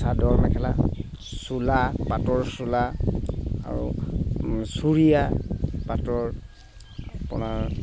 চাদৰ মেখেলা চোলা পাটৰ চোলা আৰু চুৰিয়া পাটৰ আপোনাৰ